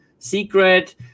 secret